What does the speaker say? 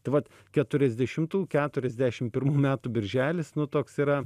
tai vat keturiasdešimtų keturiasdešim pirmų metų birželis nu toks yra